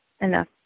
enough